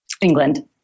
England